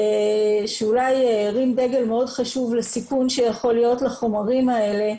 שאולי הרים דגל מאוד חשוב לסיכון שיכול להיות לחומרים האלה.